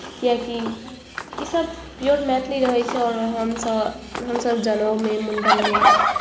किएकि इसभ प्योर मैथिली रहैत छै आओर हमसभ हमसभ जनेउमे मुण्डनमे